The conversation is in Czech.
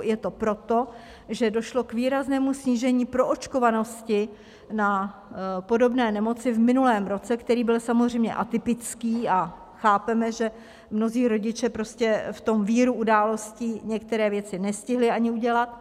Je to proto, že došlo k výraznému snížení proočkovanosti na podobné nemoci v minulém roce, který byl samozřejmě atypický, a chápeme, že mnozí rodiče prostě v tom víru událostí některé věci nestihli ani udělat.